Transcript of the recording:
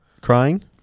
crying